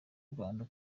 rwanda